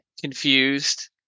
confused